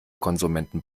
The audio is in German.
konsumenten